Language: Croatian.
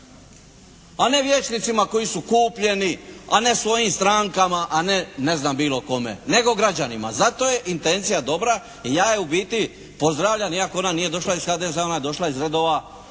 a ne vijećnicima koji su kupljeni, a ne svojim strankama, a ne ne znam bilo kome nego građanima. Zato je intencija dobra i ja je u biti pozdravljam iako ona nije došla iz HDZ-a, ona je došla iz redova drugih